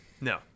No